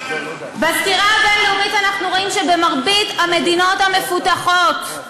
בסקירה הבין-לאומית אנחנו רואים שבמרבית המדינות המפותחות,